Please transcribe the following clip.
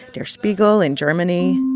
der spiegel in germany